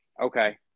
okay